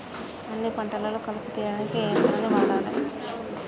అన్ని పంటలలో కలుపు తీయనీకి ఏ యంత్రాన్ని వాడాలే?